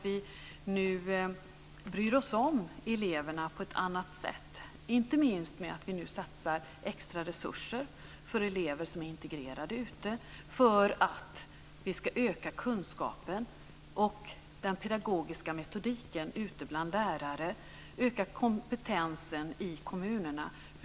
Vi bryr oss nu om eleverna på ett annat sätt genom att vi satsar extra resurser på elever som är integrerade ute. Kunskapen och den pedagogiska metodiken ska ökas bland lärare liksom kompetensen hos kommunerna.